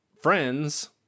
friends